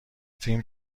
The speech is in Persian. فیلم